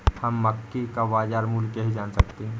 हम मक्के का बाजार मूल्य कैसे जान सकते हैं?